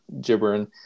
gibbering